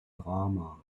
drama